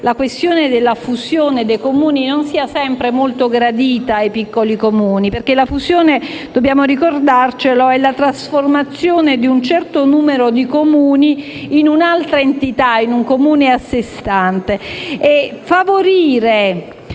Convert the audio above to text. presente come la fusione dei Comuni non sia sempre molto gradita ai piccoli Comuni, perché - dobbiamo ricordarlo - è la trasformazione di un certo numero di Comuni in un'altra entità, in un Comune a sé stante.